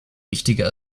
wichtiger